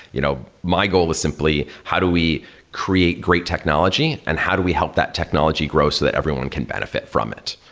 you know my goal was simply how do we create great technology and how do we help that technology grow so that everyone can benefit from it?